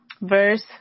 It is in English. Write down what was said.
verse